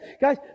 guys